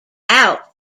out